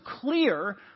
clear